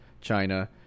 China